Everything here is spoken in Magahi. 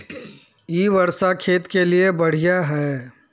इ वर्षा खेत के लिए बढ़िया है?